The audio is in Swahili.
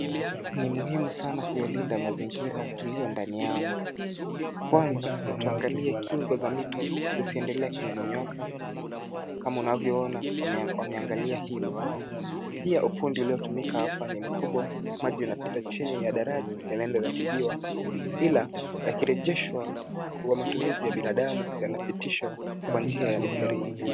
Ni muhimu sana kuyalinda mazingira tuliyo ndani yamo. Kwanza, tuangalie kingo za mito zisiendelee kumomonyoka kama unavyoona wameangalia hilo. Pia ufundi uliotumika hapa ni mkubwa. Maji yanapita chini ya daraja yanaenda yanatibiwa, ila, yakirejeshwa kwa matumizi ya binadamu yanapitishwa kwa njia ya mifereji.